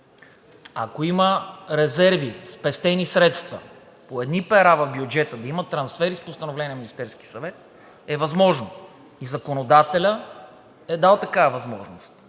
Ако има резерви, спестени средства по едни пера в бюджета, да има трансфери с постановление на Министерския съвет е възможно. И законодателят е дал такава възможност.